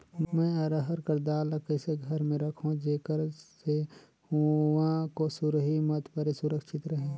मैं अरहर कर दाल ला कइसे घर मे रखों जेकर से हुंआ सुरही मत परे सुरक्षित रहे?